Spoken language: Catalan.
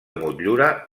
motllura